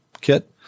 kit